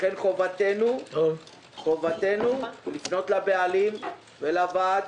לכן חובתנו לפנות לבעלים ולוועד,